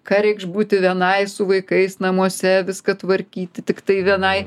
ką reikš būti vienai su vaikais namuose viską tvarkyti tiktai vienai